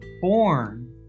born